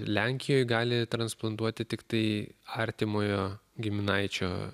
lenkijoj gali transplantuoti tiktai artimojo giminaičio